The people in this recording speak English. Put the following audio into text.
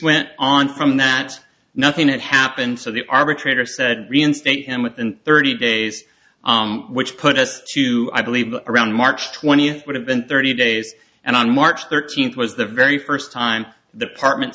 went on from that nothing that happened so the arbitrator said reinstate him within thirty days which put us to i believe around march twentieth would have been thirty days and on march thirteenth was the very first time the partment